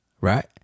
right